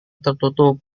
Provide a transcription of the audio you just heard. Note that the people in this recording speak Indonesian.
tertutup